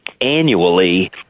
annually